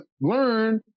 learn